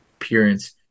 appearance